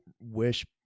wish